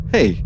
Hey